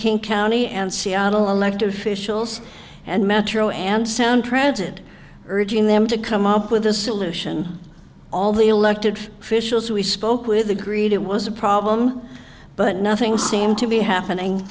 king county and seattle elected officials and metro and sound transit urging them to come up with a solution all the elected officials we spoke with agreed it was a problem but nothing seemed to be happening